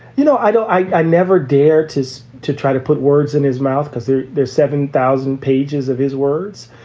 you know, i don't i never dare to to try to put words in his mouth because there's there's seven thousand pages of his words.